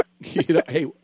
Hey